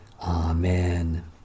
Amen